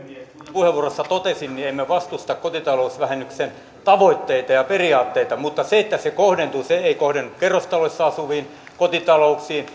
puheenvuorossa totesin emme vastusta kotitalousvähennyksen tavoitteita ja periaatteita mutta se ei kohdennu kerrostaloissa asuviin kotitalouksiin